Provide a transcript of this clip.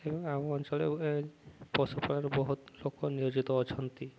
ଏବଂ ଆମ ଅଞ୍ଚଳରେ ପଶୁପାଳନରେ ବହୁତ ଲୋକ ନିୟୋଜିତ ଅଛନ୍ତି